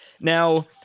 Now